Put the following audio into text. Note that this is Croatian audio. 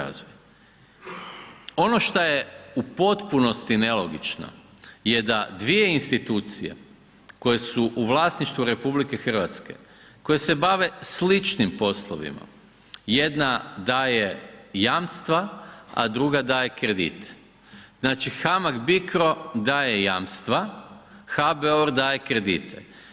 Ono što je u potpunosti nelogično je da dvije institucije koje su u vlasništvu RH, koje se bave sličnim poslovima, jedna daje jamstva, a druga daje kredita, znači HAMAG-BICRO daje jamstva, HBOR daje kredite.